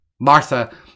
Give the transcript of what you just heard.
Martha